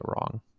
wrong